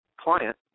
client